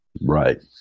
Right